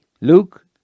luke